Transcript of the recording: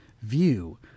View